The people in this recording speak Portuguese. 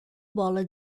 bola